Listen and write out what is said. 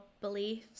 beliefs